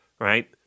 right